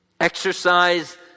exercise